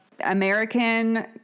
American